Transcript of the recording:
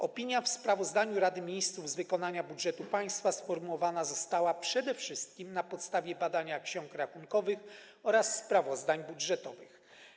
Opinia o sprawozdaniu Rady Ministrów z wykonania budżetu państwa sformułowana została przede wszystkim na podstawie badania ksiąg rachunkowych oraz sprawozdań budżetowych.